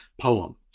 poem